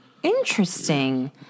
Interesting